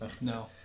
No